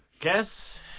Guess